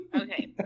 Okay